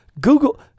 Google